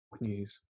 news